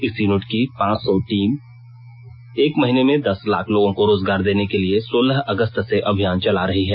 इस यूनिट की पांच सौ टीम एक महीने में दस लाख लोगों को रोजगार देने के लिए सोलह अगस्त से अभियान चला रही है